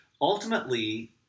ultimately